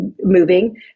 moving